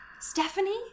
Stephanie